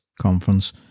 conference